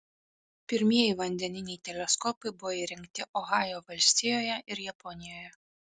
pirmieji vandeniniai teleskopai buvo įrengti ohajo valstijoje ir japonijoje